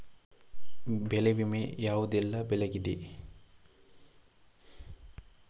ಬೆಳೆ ವಿಮೆ ಯಾವುದೆಲ್ಲ ಬೆಳೆಗಿದೆ?